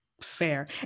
fair